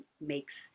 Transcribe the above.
makes